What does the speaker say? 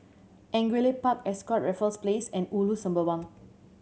Angullia Park Ascott Raffles Place and Ulu Sembawang